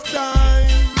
time